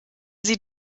sie